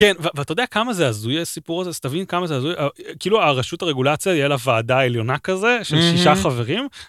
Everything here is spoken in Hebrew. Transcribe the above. ואתה יודע כמה זה הזוי הסיפור הזה אז תבין כמה זה הזוי כאילו הרשות הרגולציה יהיה לוועדה העליונה כזה של שישה חברים.